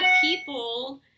people